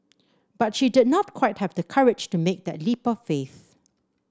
but she did not quite have the courage to make that leap of faith